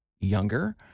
younger